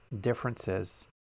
differences